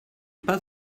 pas